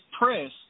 press